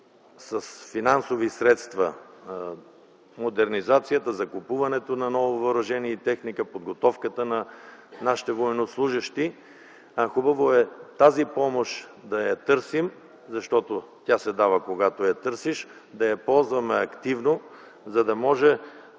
с финансови средства за модернизацията и закупуването на ново въоръжение и техника и подготовката на нашите военнослужещи. Хубаво е тази помощ да я търсим, защото тя се дава, когато я търсиш, да я ползваме активно, за да може